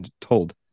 told